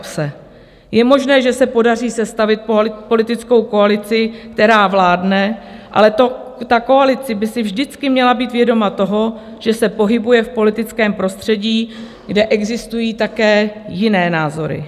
Je možné, že se podaří sestavit politickou koalici, která vládne, ale ta koalice by si vždycky měla být vědoma toho, že se pohybuje v politickém prostředí, kde existují také jiné názory.